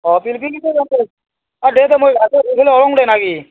অঁ পিলপিলিতে যাম দে অঁ দে দে মই গাটো ধুই পেলাই ওলাও দে না কি